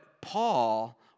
Paul